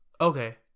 Okay